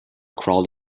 crawled